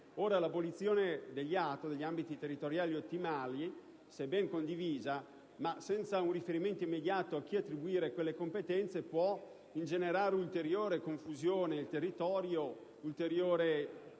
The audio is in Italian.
ora l'abolizione degli ATO - gli ambiti territoriali ottimali - sebbene condivisa, senza un riferimento immediato in ordine a chi vadano attribuite quelle competenze, può ingenerare ulteriore confusione nel territorio, ulteriori